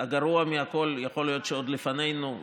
הגרוע מכול יכול להיות שעוד לפנינו,